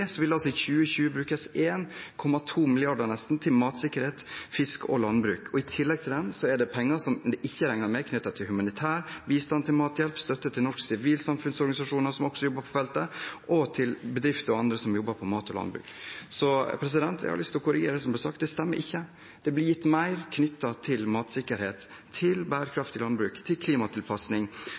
vil det altså i 2020 brukes nesten 1,2 mrd. kr til matsikkerhet, fisk og landbruk. I tillegg til det er det penger som ikke er regnet med, til humanitær bistand til mathjelp, til støtte til norske sivilsamfunnsorganisasjoner, som også jobber på feltet, og til bedrifter og andre som jobber med mat og landbruk. Så jeg har lyst til å korrigere det som ble sagt, for det stemmer ikke. Det blir gitt mer til matsikkerhet, til bærekraftig landbruk, til klimatilpasning